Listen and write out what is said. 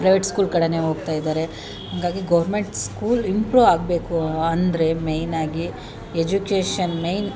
private school ಕಡೆಯೇ ಹೋಗ್ತಾ ಇದ್ದಾರೆ ಹಾಗಾಗಿ ಗೊರ್ಮೆಂಟ್ ಸ್ಕೂಲ್ ಇಂಪ್ರು ಆಗಬೇಕು ಅಂದರೆ ಮೆಯ್ನ್ ಆಗಿ ಎಜುಕೇಷನ್ ಮೆಯ್ನ್